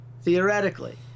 theoretically